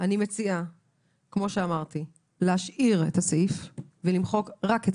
אני מציעה להשאיר את הסעיף ולמחוק רק את